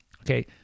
Okay